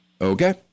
Okay